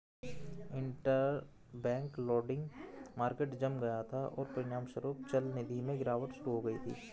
interbank lending market जम गया था, और परिणामस्वरूप चलनिधि में गिरावट शुरू हो गई थी